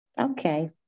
Okay